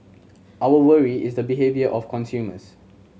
our worry is the behaviour of consumers